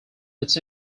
its